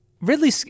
Ridley